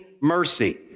mercy